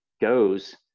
goes